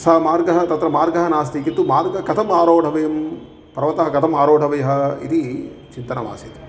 सः मार्गः तत्र मार्गः नास्ति किन्तु मार्गः कथम् आरोढव्यं पर्वतः कथम् आरोढव्यः इति चिन्तनमासीत्